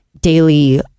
daily